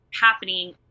happening